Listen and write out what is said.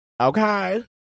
Okay